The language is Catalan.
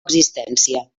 existència